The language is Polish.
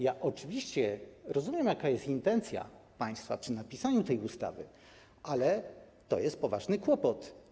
Ja oczywiście rozumiem, jaka była intencja państwa przy pisaniu tej ustawy, ale to jest poważny kłopot.